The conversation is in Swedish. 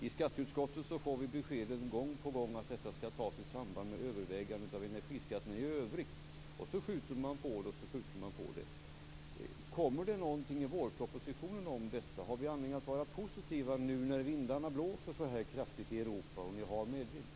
I skatteutskottet får vi gång på gång besked om att detta skall tas upp i samband med övervägandena om energiskatterna i övrigt. Och sedan skjuter man på det gång på gång. Kommer detta att tas upp i vårpropositionen? Har vi anledning att vara positiva nu när vindarna blåser så här kraftigt i Europa och ni har medvind?